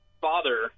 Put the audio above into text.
father